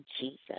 Jesus